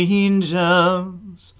angels